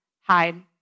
hide